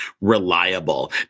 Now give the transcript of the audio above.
reliable